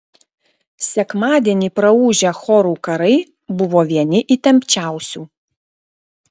sekmadienį praūžę chorų karai buvo vieni įtempčiausių